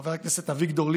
חבר הכנסת אביגדור ליברמן,